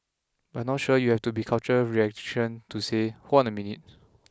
but not sure you have to be cultural reaction to say hold on a minute